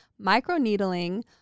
microneedling